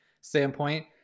standpoint